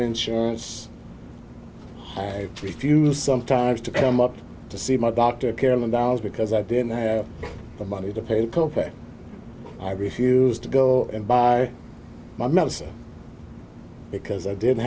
insurance refuse sometimes to come up to see my doctor carolyn dollars because i didn't have the money to pay because i refused to go and buy my medicine because i didn't